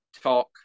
talk